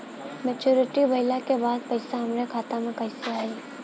Maturity भईला के बाद पईसा हमरे खाता में कइसे आई?